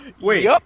Wait